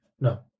No